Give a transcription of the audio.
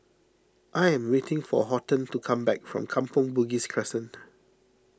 I am waiting for Horton to come back from Kampong Bugis Crescent